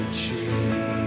tree